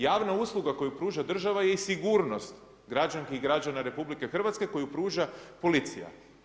Javna usluga koju pruža država je i sigurnost građanki i građana RH koju pruža policija.